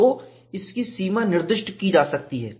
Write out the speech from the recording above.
तो इसकी सीमा निर्दिष्ट की जा सकती है